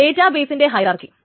data ബെയ്സിന്റെ hierarchy